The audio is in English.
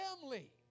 family